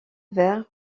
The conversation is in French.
vert